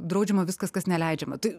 draudžiama viskas kas neleidžiama tai